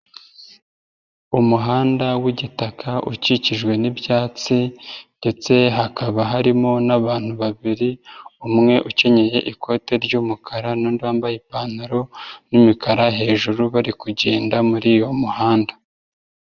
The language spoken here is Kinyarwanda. Umuhanda w'igitaka ukikijwe n'ibyatsi ndetse hakaba harimo n'abantu babiri, umwe ukenyeye ikote ry'umukara n'undi wambaye ipantaro y'umukara hejuru bari kugenda muri uyu muhanda.